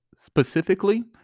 Specifically